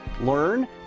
learn